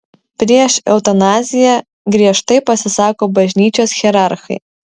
prieš eutanaziją giežtai pasisako bažnyčios hierarchai